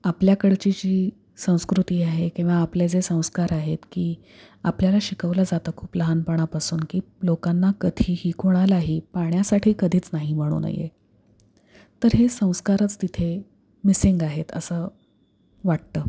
आपल्याकडची जी संस्कृती आहे किंवा आपले जे संस्कार आहेत की आपल्याला शिकवलं जातं खूप लहानपणापासून की लोकांना कधीही कोणालाही पाण्यासाठी कधीच नाही म्हणू नये तर हे संस्कारच तिथे मिसिंग आहेत असं वाटतं